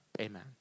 Amen